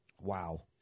Wow